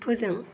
फोजों